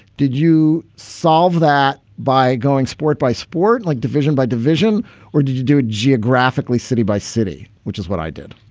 did you solve that by going sport by sport, and like division by division or did you do it geographically, city by city, which is what i did